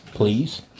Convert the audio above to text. Please